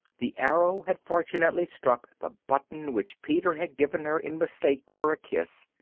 the arrow had fortunately struck the button which peter had given her in mistake for a kiss.